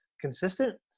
consistent